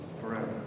forever